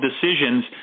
decisions